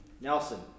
Nelson